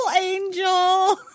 Angel